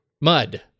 Mud